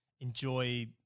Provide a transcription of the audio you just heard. enjoy